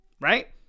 Right